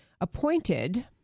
appointed